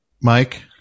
Mike